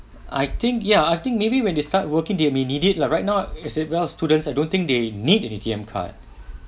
I think ya I think maybe when they start working they may need it lah right now as they're students I don't think they need an A_T_M card